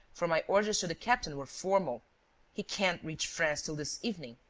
for my orders to the captain were formal he can't reach france till this evening,